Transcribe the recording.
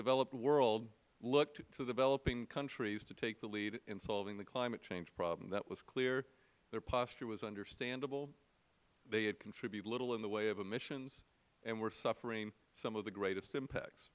developed world looked to developing countries to take the lead in solving the climate change problem that was clear their posture was understandable they contribute little in the way of emissions and were suffering some of the greatest impact